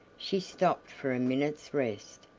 she stopped for a minute's rest,